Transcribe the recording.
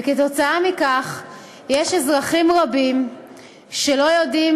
וכתוצאה מכך יש אזרחים רבים שלא יודעים